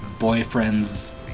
Boyfriend's